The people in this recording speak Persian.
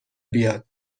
بیاد